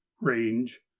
Range